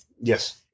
Yes